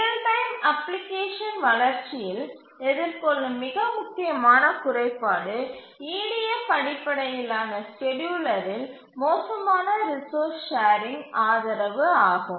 real time application வளர்ச்சியில் எதிர்கொள்ளும் மிக முக்கியமான குறைபாடு EDF அடிப்படையிலான ஸ்கேட்யூலரில் மோசமான ரிசோர்ஸ் ஷேரிங் ஆதரவு ஆகும்